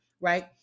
right